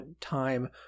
time